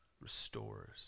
restores